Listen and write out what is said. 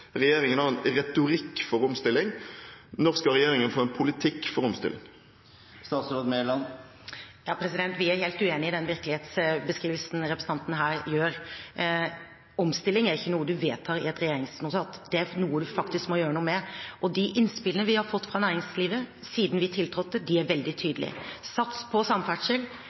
Regjeringen har en retorikk for omstilling. Når skal regjeringen få en politikk for omstilling? Vi er helt uenig i den virkelighetsbeskrivelsen representanten her gir. Omstilling er ikke noe man vedtar i et regjeringsnotat. Det er noe man faktisk må gjøre noe med. De innspillene vi har fått fra næringslivet siden vi tiltrådte, er veldig tydelige: Sats på samferdsel,